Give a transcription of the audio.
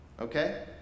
Okay